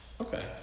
okay